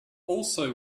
also